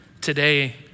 today